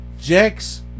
Jax